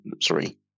sorry